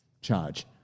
charge